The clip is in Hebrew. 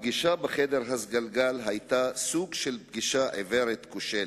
הפגישה בחדר הסגלגל היתה סוג של פגישה עיוורת כושלת.